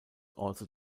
also